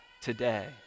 today